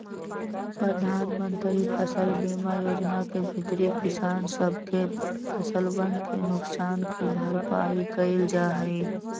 प्रधानमंत्री फसल बीमा योजना के भीतरी किसान सब के फसलवन के नुकसान के भरपाई कइल जाहई